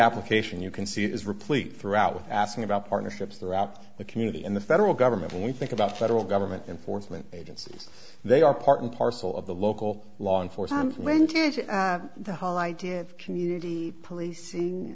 application you can see it is replete throughout with asking about partnerships throughout the community and the federal government when we think about federal government informant agencies they are part and parcel of the local law enforcement when did the whole idea of community policing